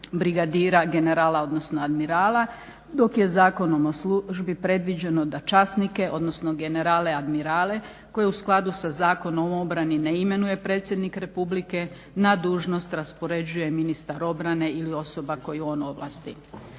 brigadira, generala odnosno admirala dok je Zakonom o službi predviđeno da časnike, odnosno generale, admirale koje u skladu sa Zakonom o obrani ne imenuje predsjednik republike na dužnost raspoređuje ministar obrane ili osoba koju on ovlasti.